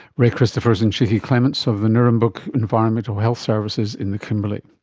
ray christophers and chicky clements of the nirrumbuk environmental health services in the kimberley.